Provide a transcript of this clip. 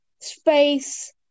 space